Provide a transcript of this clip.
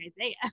Isaiah